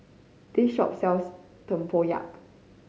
this shop sells tempoyak